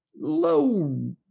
Low